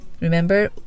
Remember